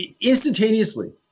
instantaneously